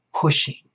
pushing